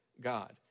God